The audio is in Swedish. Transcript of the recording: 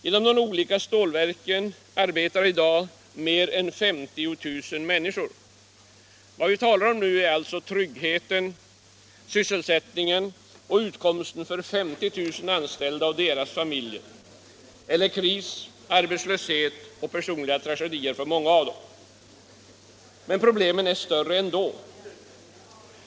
Inom de olika stålverken arbetar i dag mer än 50 000 människor. Vad vi nu talar om är alltså tryggheten, sysselsättningen och utkomsten för 50 000 anställda och deras familjer, eller kris, arbetslöshet och personliga tragedier för många av dem. Men problemen är större ändå.